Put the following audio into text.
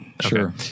Sure